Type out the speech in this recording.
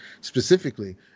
specifically